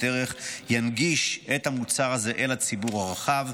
ערך ינגיש את המוצר הזה אל הציבור הרחב,